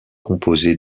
composé